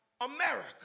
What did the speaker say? America